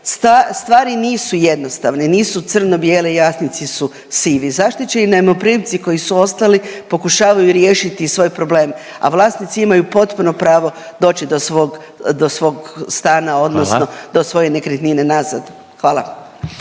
Stvari nisu jednostavne, nisu crno bijele i jasnici su sivi. Zaštićeni najmoprimci koji su ostali pokušavaju riješiti svoj problem, a vlasnici imaju potpuno pravo doći do svog, do svog stana odnosno